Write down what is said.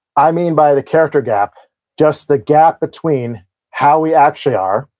i mean by the character gap just the gap between how we actually are,